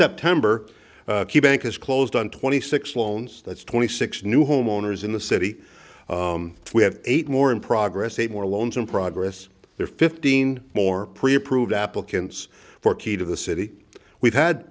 september bank has closed on twenty six loans that's twenty six new homeowners in the city we have eight more in progress eight more loans in progress there fifteen more pre approved applicants for key to the city we've had